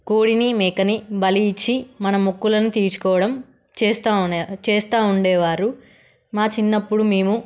కోడిని మేకని బలి ఇచ్చి మన మొక్కులును తీర్చుకోవడం చేస్తూ చేస్తూ ఉండేవారు మా చిన్నప్పుడు మేము